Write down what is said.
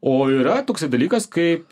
o yra toksai dalykas kaip